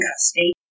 custody